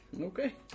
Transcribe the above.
Okay